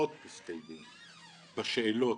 מאות הסתייגויות בשאלות,